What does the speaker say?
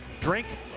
drink